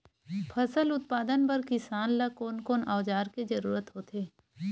फसल उत्पादन बर किसान ला कोन कोन औजार के जरूरत होथे?